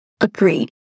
Agreed